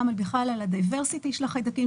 גם בכלל על ה-diversity של החיידקים,